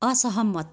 असहमत